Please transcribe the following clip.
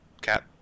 cat